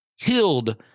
killed